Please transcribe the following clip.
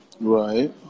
Right